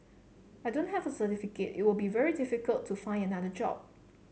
I don't have certificate it will be very difficult to find another job